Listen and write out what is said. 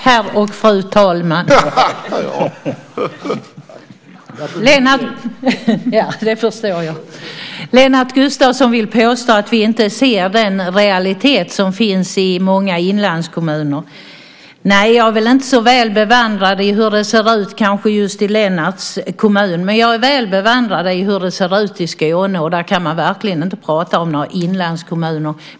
Herr talman! Lennart Gustavsson påstår att vi inte ser den realitet som finns i många inlandskommuner. Jag är kanske inte så väl bevandrad när det gäller hur det ser ut just i Lennarts kommun, men jag är väl bevandrad när det gäller hur det ser ut i Skåne. Där kan man verkligen inte tala om inlandskommuner.